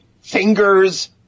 fingers